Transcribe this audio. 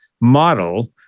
model